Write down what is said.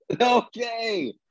Okay